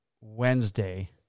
Wednesday